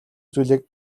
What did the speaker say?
зүйлийг